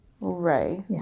Right